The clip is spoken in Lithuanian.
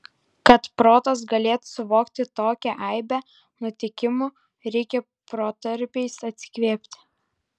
kad protas galėtų suvokti tokią aibę nutikimų reikia protarpiais atsikvėpti